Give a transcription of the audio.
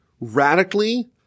Radically